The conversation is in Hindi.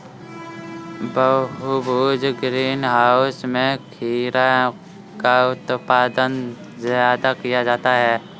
बहुभुज ग्रीन हाउस में खीरा का उत्पादन ज्यादा किया जाता है